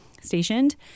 stationed